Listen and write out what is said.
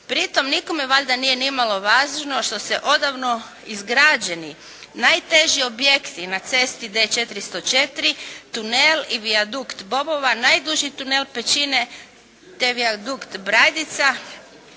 Pri tom nikome valjda nije nimalo važno što se odavno izgrađeni najteži objekti na cesti D-404 tunel i vijadukt Bobova, najduži tunel Pećine te vijadukt Brajdica